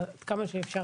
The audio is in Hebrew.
עד כמה שאפשר,